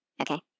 okay